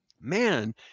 man